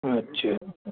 আচ্ছা